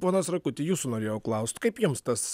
ponas rakuti jūsų norėjau klaust kaip jums tas